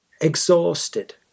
exhausted